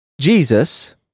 Jesus